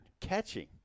catching